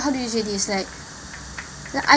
how do you say this like I